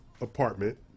apartment